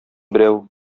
берәү